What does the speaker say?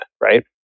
right